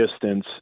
distance